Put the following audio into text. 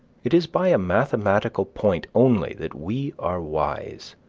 it is by a mathematical point only that we are wise,